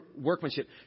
workmanship